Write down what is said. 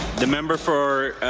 the member for